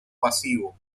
pasivo